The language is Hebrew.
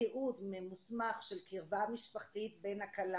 תיעוד ממוסמך של קרבה משפחתית בין הכלה